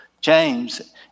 James